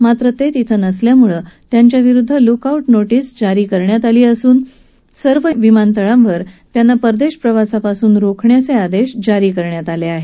मात्र ते तिथं नसल्यामुळे त्यांच्याविरुद्ध लुकआऊट नोटीस जारी करण्यात आली असून सर्व विमानतळांवर त्यांना परदेश प्रवासापासून रोखण्याचे आदेश देण्यात आले आहेत